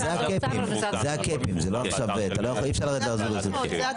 זה ה-cupping, זה לא עכשיו, אי-אפשר לעשות את זה.